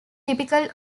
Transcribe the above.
typical